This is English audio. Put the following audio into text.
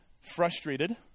frustrated